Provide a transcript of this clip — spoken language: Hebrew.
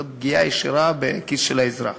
זאת פגיעה ישירה בכיס של האזרח.